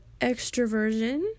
extroversion